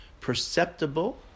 perceptible